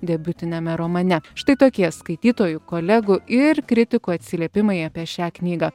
debiutiniame romane štai tokie skaitytojų kolegų ir kritikų atsiliepimai apie šią knygą